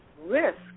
risk